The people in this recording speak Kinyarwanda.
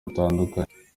butandukanye